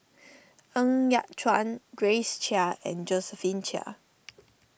Ng Yat Chuan Grace Chia and Josephine Chia